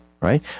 Right